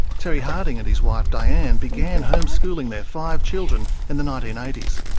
terry harding and his wife, diane, began homeschooling their five children in the nineteen eighty s.